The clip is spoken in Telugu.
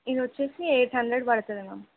ఇది వచ్చేసి ఎయిట్ హండ్రెడ్ పడుతుంది మ్యామ్